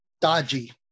dodgy